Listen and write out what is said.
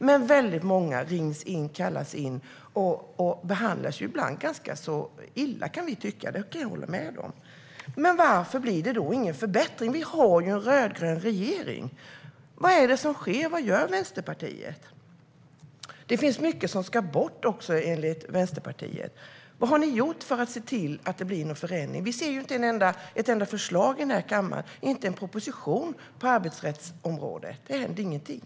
Men väldigt många kallas in och behandlas ibland ganska illa, kan vi tycka - det kan jag hålla med om. Men varför blir det då ingen förbättring? Vi har ju en rödgrön regering! Vad är det som sker? Vad gör Vänsterpartiet? Det finns även mycket som ska bort, enligt Vänsterpartiet. Vad har ni gjort för att se till att blir en förändring? Vi ser inte ett enda förslag i denna kammare. Vi ser inte en enda proposition på arbetsrättsområdet - det händer ingenting.